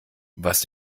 was